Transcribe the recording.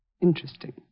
interesting